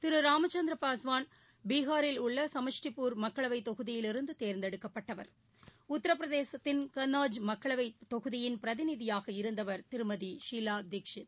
திரு ராம்சந்திர பாஸ்வாள் பீகாரில் உள்ள சமஷ்டிபூர் மக்களவை தொகதியிலிருந்து தேர்ந்தெடுக்கப்பட்டவர் உத்தரபிரதேசத்தின் கன்னாஜ் மக்களவை தொகுதியின் பிரதிநிதியாக இருந்தவர் திருமதி ஷீவா தீக்ஷித்